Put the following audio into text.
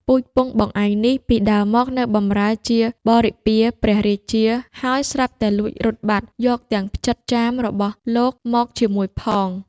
ពូជពង្សបងឯងនេះ ពីដើមមកនៅបម្រើជាបរិពារព្រះរាជា ហើយស្រាប់តែលួចរត់បាត់ យកទាំងផ្ចិតចាមររបស់លោកមកជាមួយផង"។